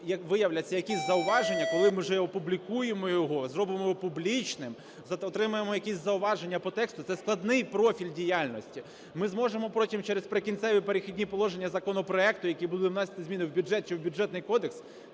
нас виявляться якісь зауваження, коли ми вже опублікуємо його, зробимо його публічним, отримаємо якісь зауваження по тексту, це складний профіль діяльності, ми зможемо потім через "Прикінцеві і перехідні положення" законопроекту, який буде вносити зміни в бюджет чи в Бюджетний кодекс,